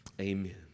amen